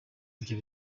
ibyo